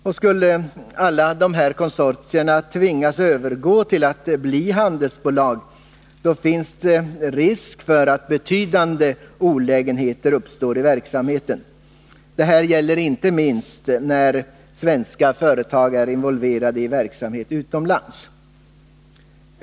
Och skulle alla dessa konsortier tvingas övergå till att bli handelsbolag finns det risk för att betydande olägenheter uppstår i verksamheten. Detta gäller inte minst när svenska företag är involverade i verksamhet utomlands.